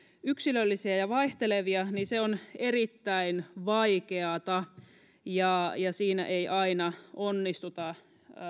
yksilöllisiä ja vaihtelevia on erittäin vaikeata siinä ei aina onnistuta